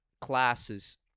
classes